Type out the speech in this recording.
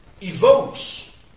evokes